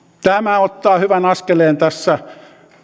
tämä ottaa hyvän askeleen tässä